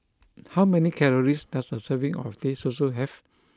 how many calories does a serving of Teh Susu have